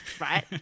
right